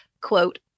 quote